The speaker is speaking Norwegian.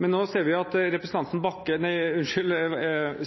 at